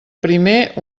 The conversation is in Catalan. primer